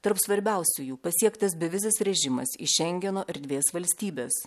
tarp svarbiausiųjų pasiektas bevizis režimas į šengeno erdvės valstybes